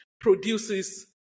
produces